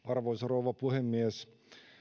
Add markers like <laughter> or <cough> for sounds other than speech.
<unintelligible> arvoisa rouva puhemies